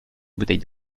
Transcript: bouteille